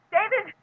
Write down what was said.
David